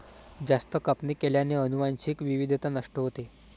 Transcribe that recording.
जास्त कापणी केल्याने अनुवांशिक विविधता नष्ट होते